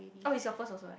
oh it's your first also eh